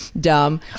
dumb